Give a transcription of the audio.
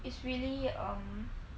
it's really um